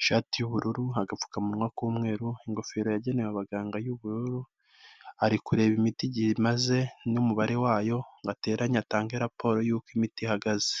ishati y'ubururu, agapfukamunwa k'umweru, ingofero yagenewe abaganga y'ubururu, ari kureba imiti igihe imaze n'umubare wayo, ngo ateranye atange raporo y'uko imiti ihagaze.